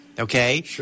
Okay